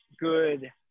good